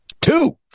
Two